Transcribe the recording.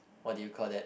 what do you call that